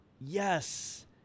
Yes